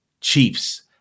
Chiefs